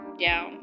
down